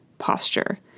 posture